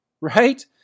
right